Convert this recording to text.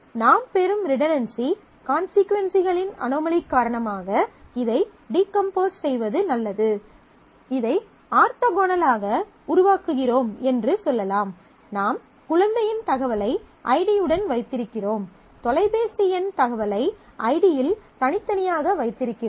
நாம் பெறும் ரிடன்டன்சி கான்ஸீக்வன்ஸ்களின் அனோமலி காரணமாக இதை டீகம்போஸ் செய்வது நல்லது இதை ஆர்த்தோகனலாக உருவாக்குகிறோம் என்று சொல்லலாம் நாம் குழந்தையின் தகவலை ஐடியுடன் வைத்திருக்கிறோம் தொலைபேசி எண் தகவலை ஐடியில் தனித்தனியாக வைத்திருக்கிறோம்